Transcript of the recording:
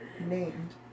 named